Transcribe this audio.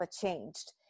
changed